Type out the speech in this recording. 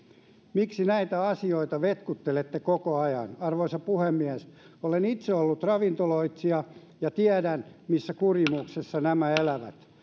miksi näitä asioita vetkuttelette koko ajan arvoisa puhemies olen itse ollut ravintoloitsija ja tiedän missä kurimuksessa nämä elävät